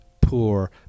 poor